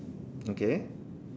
okay